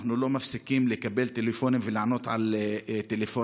אנחנו לא מפסיקים לקבל טלפונים ולענות לטלפונים.